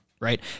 right